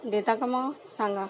देता का मग सांगा